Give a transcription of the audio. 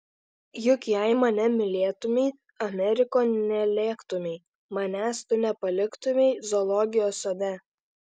juk jei mane mylėtumei amerikon nelėktumei manęs tu nepaliktumei zoologijos sode